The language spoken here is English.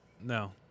No